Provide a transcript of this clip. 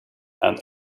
and